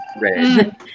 red